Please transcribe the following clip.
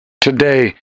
Today